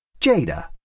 Jada